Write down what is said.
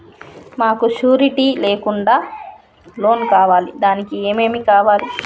మాకు షూరిటీ లేకుండా లోన్ కావాలి దానికి ఏమేమి కావాలి?